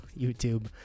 youtube